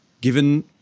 Given